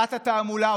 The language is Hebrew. שרת התעמולה,